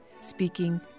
speaking